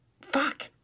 fuck